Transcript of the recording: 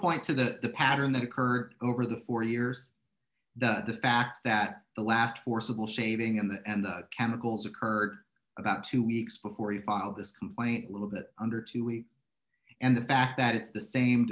point to that the pattern that occurred over the four years the fact that the last forcible shaving and chemicals occurred about two weeks before he filed this complaint a little bit under two weeks and the fact that it's the same